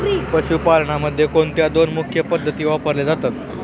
पशुपालनामध्ये कोणत्या दोन मुख्य पद्धती वापरल्या जातात?